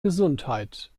gesundheit